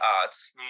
Arts